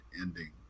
ending